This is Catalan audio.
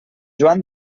joan